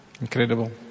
incredible